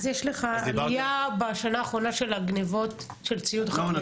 אז יש לך עלייה בשנה האחרונה של הגניבות של ציוד חקלאי --- לא,